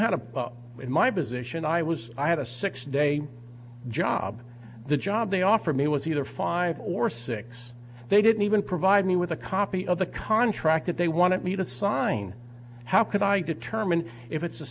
had a bug in my position i was i had a six day job the job they offer me was either five or six they didn't even provide me with a copy of the contract that they wanted me to sign how could i determine if it's a